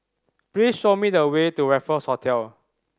please show me the way to Raffles Hotel